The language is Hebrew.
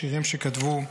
שירים שכתבו אזרחים,